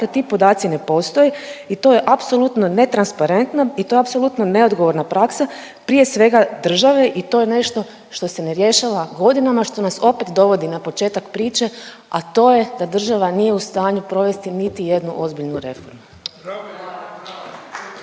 ti podaci ne postoje i to je apsolutno netransparentno i to je apsolutno neodgovorna praksa, prije svega države i to je nešto što se ne rješava godinama, što nas opet dovodi na početak priče, a to je da država nije u stanju provesti niti jednu ozbiljnu reformu.